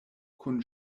kun